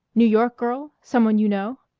new york girl? someone you know?